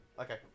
okay